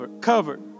covered